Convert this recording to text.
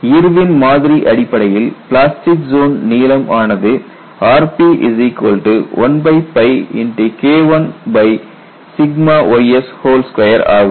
Irwin மாதிரி அடிப்படையில் plastic zone நீளம் ஆனது rp1K1ys2 ஆகும்